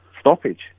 stoppage